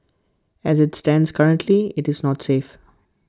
as IT stands currently IT is not safe